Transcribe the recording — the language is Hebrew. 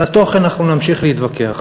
על התוכן אנחנו נמשיך להתווכח,